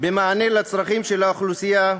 במענה על הצרכים של האוכלוסייה.